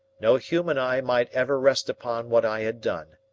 no human eye might ever rest upon what i had done.